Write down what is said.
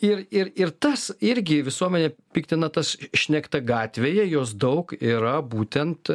ir ir ir tas irgi visuomenę piktina tas šnekta gatvėje jos daug yra būtent